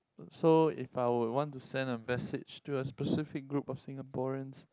so if I would want to send a message to a specific group of Singaporeans